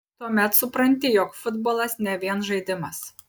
tuomet supranti jog futbolas ne vien žaidimas